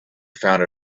found